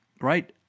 right